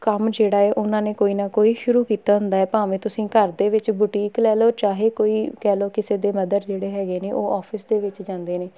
ਕੰਮ ਜਿਹੜਾ ਹੈ ਉਹਨਾਂ ਨੇ ਕੋਈ ਨਾ ਕੋਈ ਸ਼ੁਰੂ ਕੀਤਾ ਹੁੰਦਾ ਭਾਵੇਂ ਤੁਸੀਂ ਘਰ ਦੇ ਵਿੱਚ ਬੁਟੀਕ ਲੈ ਲਓ ਚਾਹੇ ਕੋਈ ਕਹਿ ਲਓ ਕਿਸੇ ਦੇ ਮਦਰ ਜਿਹੜੇ ਹੈਗੇ ਨੇ ਉਹ ਔਫਿਸ ਦੇ ਵਿੱਚ ਜਾਂਦੇ ਨੇ